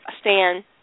Stan